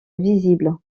visibles